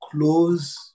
close